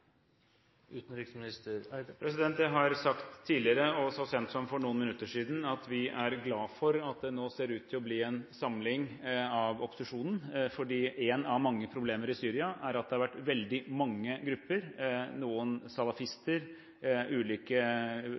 noen minutter siden, at vi er glade for at det nå ser ut til å bli en samling av opposisjonen, fordi ett av mange problemer i Syria er at det har vært veldig mange grupper. Noen salafister og ulike